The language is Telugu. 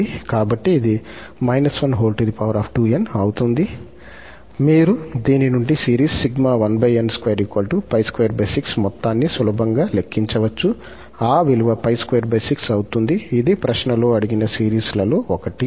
కాబట్టి ఇది −1 2𝑛 అవుతుంది మీరు దీని నుండి సిరీస్ మొత్తాన్ని సులభంగా లెక్కించవచ్చు ఆ విలువ 𝜋26 అవుతుంది ఇది ప్రశ్నలో అడిగిన సిరీస్ లలో ఒకటి